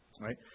right